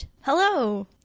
Hello